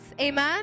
amen